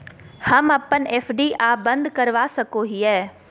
हम अप्पन एफ.डी आ बंद करवा सको हियै